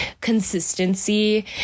consistency